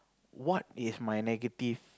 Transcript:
what is my negative